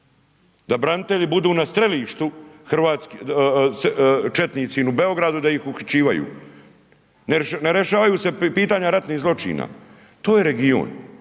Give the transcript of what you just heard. da branitelji budu na strelištu četnici u Beogradu, da ih uključivanju. Ne rješavaju se pitanja ratnih zločina, to je region,